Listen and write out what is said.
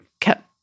kept